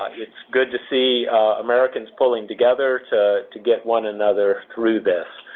it's good to see americans pulling together to to get one another through this.